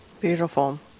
beautiful